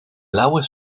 blauwe